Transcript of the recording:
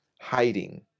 hiding